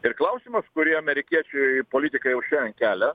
ir klausimas kurį amerikiečiai politikai jau šiandien kelia